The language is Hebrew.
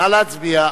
נא להצביע.